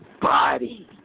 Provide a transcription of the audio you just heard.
body